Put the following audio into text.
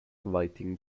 relating